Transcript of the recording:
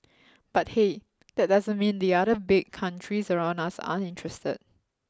but hey that doesn't mean the other big countries around us aren't interested